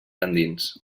endins